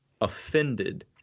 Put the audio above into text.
offended